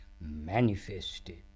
manifested